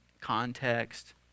context